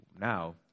Now